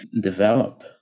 develop